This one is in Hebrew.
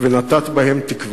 ונטעת בהם תקווה,